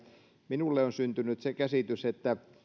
minulle on syntynyt se käsitys että kun